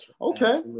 Okay